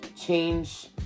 change